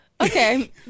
Okay